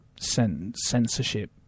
censorship